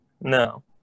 No